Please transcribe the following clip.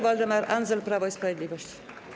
Waldemar Andzel, Prawo i Sprawiedliwość.